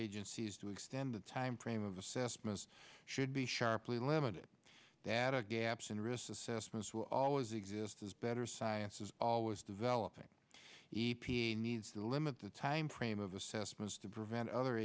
agencies to extend the timeframe of assessments should be sharply limited data gaps in risk assessments will always exist as better science is always developing e p a needs to limit the time frame of assessments to prevent other